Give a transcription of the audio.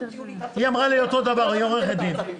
היא אמרה לי אותו דבר, היא עורכת דין.